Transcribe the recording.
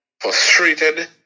frustrated